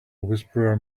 whisperer